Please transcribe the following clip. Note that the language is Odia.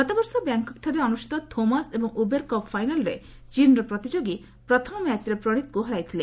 ଗତବର୍ଷ ବ୍ୟାଙ୍କକ୍ଠାରେ ଅନୁଷ୍ଠିତ ଥୋମାସ୍ ଏବଂ ଉବେର୍ କପ୍ ଫାଇନାଲ୍ରେ ଚୀନ୍ର ପ୍ରତିଯୋଗୀ ପ୍ରଥମ ମ୍ୟାଚ୍ରେ ପ୍ରଣୀତ୍ଙ୍କୁ ହରାଇଥିଲେ